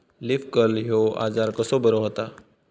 Leaf curl ह्यो आजार कसो बरो व्हता?